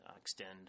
extend